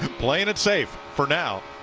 playing it safe for now.